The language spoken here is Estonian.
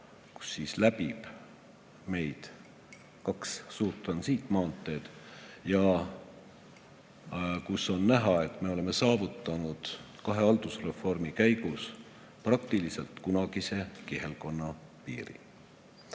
kus meid läbivad kaks suurt maanteed ja kus on näha, et me oleme saavutanud kahe haldusreformi käigus praktiliselt kunagise kihelkonna piirid.